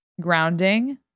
Grounding